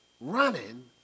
Running